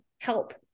help